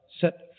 set